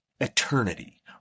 eternity